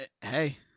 Hey